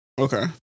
Okay